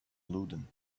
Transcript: ludden